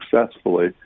successfully